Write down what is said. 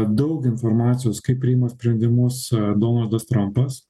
daug informacijos kaip priima sprendimus donaldas trampas